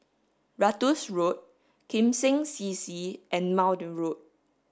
Ratus Road Kim Seng C C and Maude Road